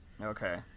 Okay